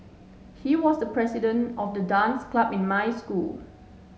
he was the president of the dance club in my school